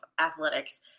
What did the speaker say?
athletics